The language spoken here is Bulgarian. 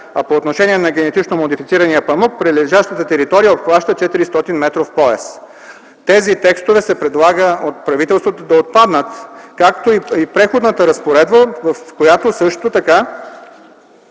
а по отношение на генетично модифицирания памук прилежащата територия обхваща 400-метров пояс. От правителството се предлага тези текстове да отпаднат, както и при Преходната разпоредба, в която също така